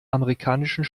amerikanischen